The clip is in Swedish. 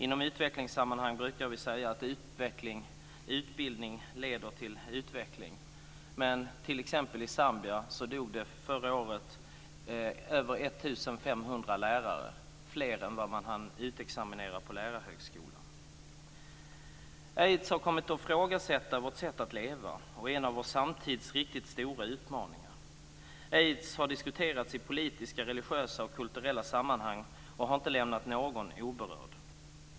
I utvecklingssammanhang brukar vi säga att utbildning leder till utveckling, men i t.ex. Zambia dog förra året över 1 500 lärare, fler än vad man hann utexaminera från lärarhögskolan. Aids har kommit att ifrågasätta vårt sätt att leva och är en vår samtids riktigt stora utmaningar. Aids har diskuterats i politiska, religiösa och kulturella sammanhang och har inte lämnat någon oberörd.